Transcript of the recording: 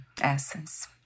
essence